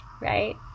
right